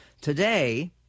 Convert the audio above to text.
today